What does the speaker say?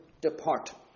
depart